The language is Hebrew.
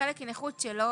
חלק היא נכות שלא